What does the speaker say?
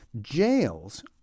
Jails